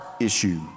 issue